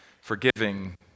forgiving